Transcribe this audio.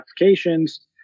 applications